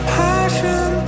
passion